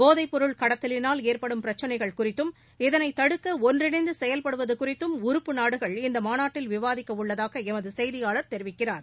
போதைப் பொருள் கடத்தலினால் ஏற்படும் பிரச்சனைகள் குறித்தும் இதனைத் தடுக்க ஒன்றிணைந்து செயல்படுவது குறித்தும் உறுப்பு நாடுகள் இம்மாநாட்டில் விவாதிக்க உள்ளதாக எமது செய்தியாளர் தெரிவிக்கிறார்